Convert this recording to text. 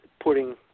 putting